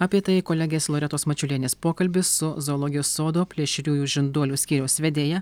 apie tai kolegės loretos mačiulienės pokalbis su zoologijos sodo plėšriųjų žinduolių skyriaus vedėja